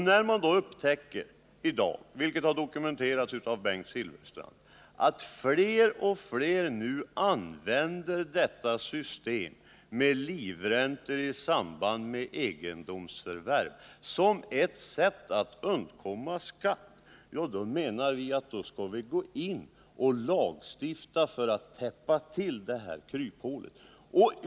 När man då upptäcker — vilket har dokumenterats av Bengt Silfverstrand — att fler och fler nu använder detta system med livräntor i samband med egendomsförvärv, som ett sätt att undkomma skatt, så menar vi att man skall gå in och lagstifta för att täppa till detta kryphål.